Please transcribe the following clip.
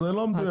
אז זה לא מדויק.